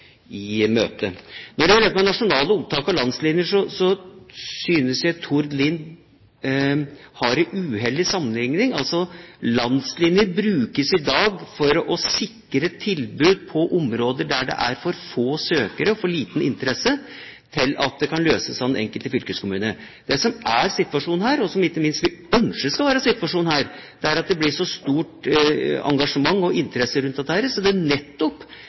gjelder dette med nasjonale opptak og landslinjer, synes jeg Tord Lien har en uheldig sammenligning. Landslinjer brukes i dag for å sikre tilbud på områder der det er for få søkere og for liten interesse til at dette kan løses av den enkelte fylkeskommune. Det som er situasjonen – og som vi ikke minst ønsker skal være situasjonen her – er at det blir så stort engasjement og så stor interesse rundt dette at de ulike fylkeskommuner kan utvikle og bygge opp et bredt tilbud. Det